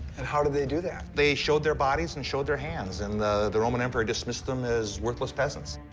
and how did they do that? they showed their bodies and showed their hands, and the the roman emperor dismissed them as worthless peasants.